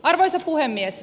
arvoisa puhemies